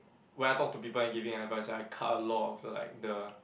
when I talk to people and giving advice I cut a lot of the like the